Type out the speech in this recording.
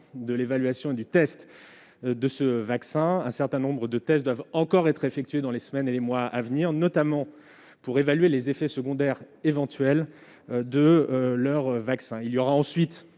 de l'évaluation et du test de ce vaccin. Un certain nombre de tests doivent encore être effectués dans les semaines et les mois à venir, notamment pour évaluer les effets secondaires éventuels du vaccin. Viendra ensuite